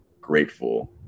grateful